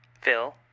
Phil